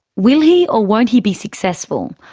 will he or won't he be successful?